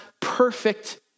perfect